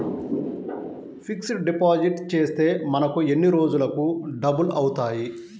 Fixed deposit చేస్తే మనకు ఎన్ని రోజులకు డబల్ అవుతాయి?